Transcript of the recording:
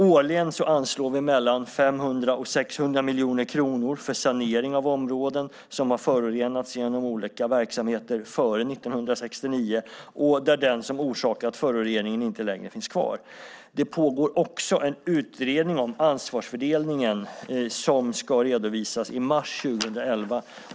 Årligen anslår vi mellan 500 och 600 miljoner kronor för sanering av områden som har förorenats genom olika verksamheter före 1969 och där den som orsakat föroreningen inte längre finns kvar. Det pågår också en utredning om ansvarsfördelningen som ska redovisas i mars 2011.